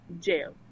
Jail